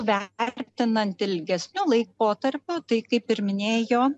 vertinant ilgesniu laikotarpiu tai kaip ir minėjo